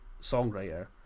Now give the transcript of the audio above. songwriter